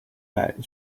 that